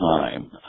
time